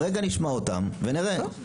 נשמע אותם עכשיו.